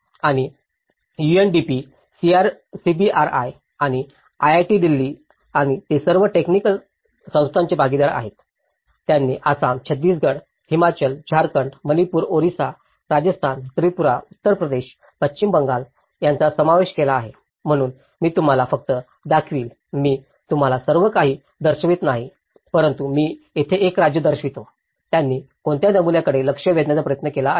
आणि UNDP CBRI आणि IIT Delhi आणि ते सर्व टेक्निकल संस्थांचे भागीदार आहेत त्यांनी आसाम छत्तीसगड हिमाचल झारखंड मणिपूर ओरिसा राजस्थान त्रिपुरा उत्तर प्रदेश पश्चिम बंगाल यांचा समावेश केला आहे म्हणून मी तुम्हाला फक्त दाखवीन मी तुम्हाला सर्व काही दर्शवित नाही परंतु मी तेथे एक राज्य दर्शवितो त्यांनी कोणत्या नमुनाकडे लक्ष वेधण्याचा प्रयत्न केला आहे